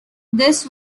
this